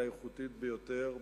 האיכותית ביותר,